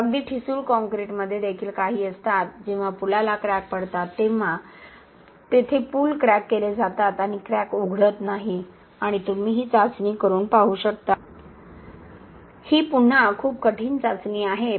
तर अगदी ठिसूळ काँक्रीटमध्ये देखील काही असतात जेव्हा पुलाला क्रॅक पड़तात तेव्हा पुल क्रॅक केले जातात आणि क्रॅक उघडत नाही आणि तुम्ही ही चाचणी करून पाहू शकता ही पुन्हा खूप कठीण चाचणी आहे